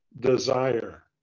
desire